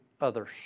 others